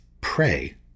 Pray